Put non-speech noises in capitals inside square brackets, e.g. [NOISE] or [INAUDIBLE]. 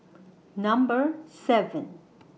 [NOISE] Number seven